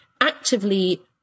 actively